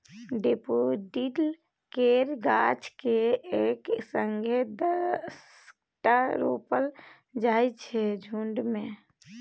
daffodil केर गाछ केँ एक संगे दसटा रोपल जाइ छै झुण्ड मे